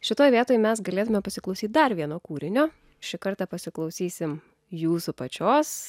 šitoj vietoj mes galėtume pasiklausyt dar vieno kūrinio šį kartą pasiklausysim jūsų pačios